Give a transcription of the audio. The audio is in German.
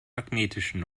magnetischen